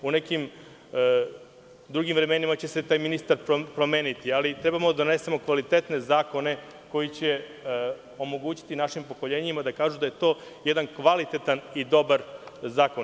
U nekim drugim vremenima će se taj ministar promeniti, ali trebamo da donesemo kvalitetne zakone koji će omogućiti našim pokoljenjima da kažu da je to jedan kvalitetan i dobar zakon.